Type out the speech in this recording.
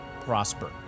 prosper